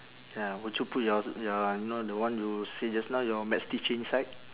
ya would you put your your you know the one you say just now your maths teacher inside